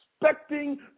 expecting